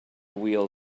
wheel